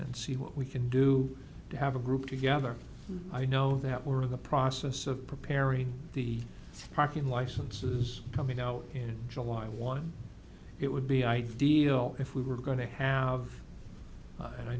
and see what we can do to have a group together i know that we're in the process of preparing the parking licenses coming out in july one it would be ideal if we were going to have and i